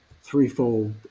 threefold